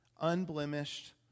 unblemished